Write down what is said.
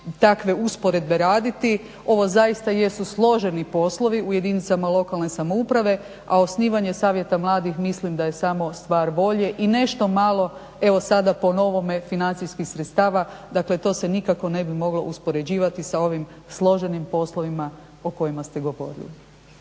takve usporedbe raditi. ovo zaista jesu složeni poslovi u jedinicama lokalne samouprave, a osnivanje savjeta mladih mislim da je samo stvar volje i nešto malo evo sada po novome financijskih sredstava, dakle to se nikako ne bi moglo uspoređivati sa ovim složenim poslovima o kojima ste govorili.